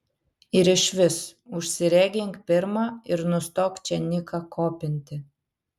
ir išvis užsiregink pirma ir nustok čia niką kopinti